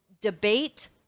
debate